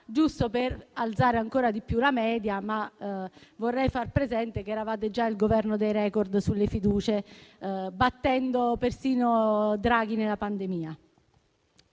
giusto per alzare ancora di più la media, ma vorrei far presente che eravate già il Governo dei *record* sulle fiducie, battendo persino Draghi in pandemia.